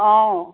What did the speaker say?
অঁ